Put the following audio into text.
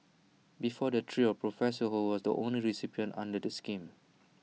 before the trio professor ho was the only recipient under the scheme